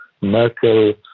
Merkel